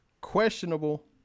Questionable